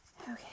Okay